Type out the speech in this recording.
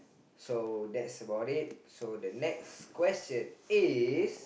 so that's about it so the next question is